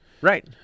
Right